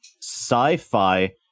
sci-fi